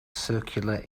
circular